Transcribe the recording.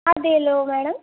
അതേലോ മാഡം